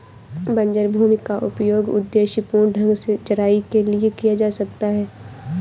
बंजर भूमि का उपयोग उद्देश्यपूर्ण ढंग से चराई के लिए किया जा सकता है